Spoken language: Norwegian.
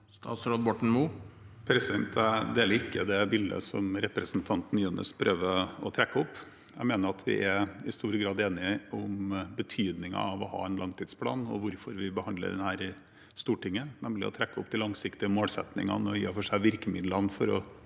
Statsråd Ola Borten Moe Jeg deler ikke det bildet som representanten Jønnes prøver å trekke opp. Jeg mener at vi i stor grad er enige om betydningen av å ha en langtidsplan og hvorfor vi behandler den her i Stortinget – nemlig for å trekke opp de langsiktige målsettingene og i og for seg virkemidlene for å